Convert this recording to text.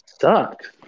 sucks